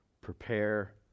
prepare